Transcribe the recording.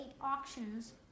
auctions